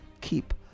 keep